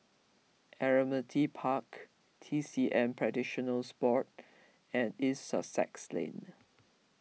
Admiralty Park T C M Practitioners Board and East Sussex Lane